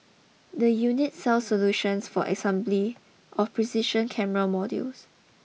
the unit sell solutions for assembly of precision camera modules